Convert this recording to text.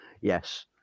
Yes